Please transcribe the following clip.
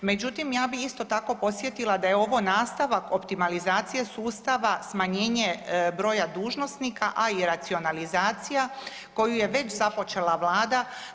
Međutim, ja bih isto tako podsjetila da je ovo nastavak optimalizacije, sustava smanjenje broja dužnosnika, a i racionalizacija koju je već započela Vlada.